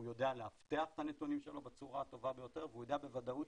הוא יודע לאבטח את הנתונים שלו בצורה הטובה ביותר והוא יודע בוודאות